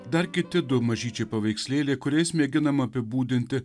dar kiti du mažyčiai paveikslėliai kuriais mėginama apibūdinti